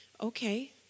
Okay